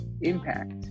impact